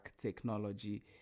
technology